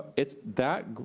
it's that,